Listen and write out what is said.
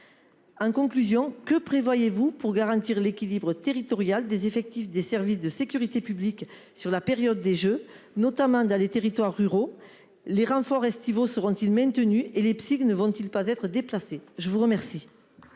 En conclusion que prévoyez-vous pour garantir l'équilibre territorial des effectifs des services de sécurité publique sur la période des Jeux, notamment dans les territoires ruraux. Les renforts estivaux seront-ils maintenus et les Psig ne vont-ils pas être déplacés. Je vous remercie.